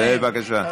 בבקשה.